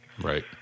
Right